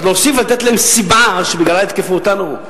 אז להוסיף ולתת להם סיבה שבגללה יתקפו אותנו?